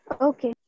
Okay